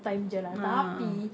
ah ah ah